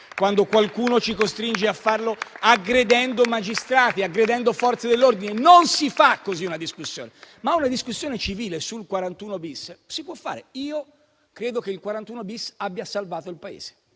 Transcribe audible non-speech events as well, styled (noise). quando qualcuno ci costringe a farlo aggredendo magistrati, aggredendo le Forze dell'ordine. Non si fa così una discussione. (applause) Una discussione civile sul 41-*bis* si può fare. Io credo che il 41-*bis* abbia salvato il Paese.